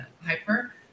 hyper